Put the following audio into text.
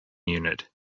unit